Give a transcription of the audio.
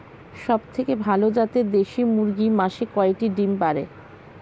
সবথেকে ভালো জাতের দেশি মুরগি মাসে কয়টি ডিম পাড়ে?